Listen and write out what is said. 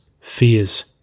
fears